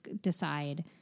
decide